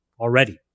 already